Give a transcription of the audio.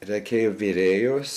reikėjo virėjos